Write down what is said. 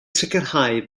sicrhau